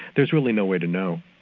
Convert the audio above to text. there's really no way to know.